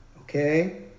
Okay